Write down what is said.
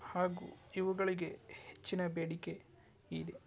ಹಾಗೂ ಇವುಗಳಿಗೆ ಹೆಚ್ಚಿನ ಬೇಡಿಕೆ ಇದೆ